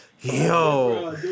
yo